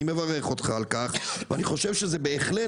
אני מברך אותך על כך ואני חושב שזה בהחלט